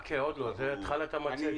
חכה, עוד לא, זו תחילת המצגת.